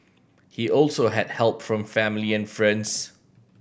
he also had help from family and friends